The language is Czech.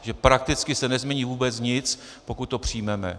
Že prakticky se nezmění vůbec nic, pokud to přijmeme.